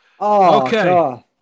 Okay